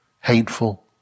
hateful